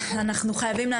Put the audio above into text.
אנחנו חייבים להמשיך את הדיון.